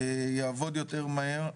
יעבוד מהר יותר,